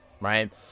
right